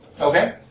Okay